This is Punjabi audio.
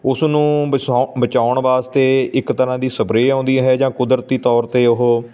ਉਸ ਨੂੰ ਵਸਾਉ ਬਚਾਉਣ ਵਾਸਤੇ ਇੱਕ ਤਰ੍ਹਾਂ ਦੀ ਸਪਰੇਅ ਆਉਂਦੀ ਹੈ ਜਾਂ ਕੁਦਰਤੀ ਤੌਰ 'ਤੇ ਉਹ